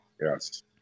Yes